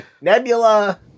Nebula